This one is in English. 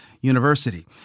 University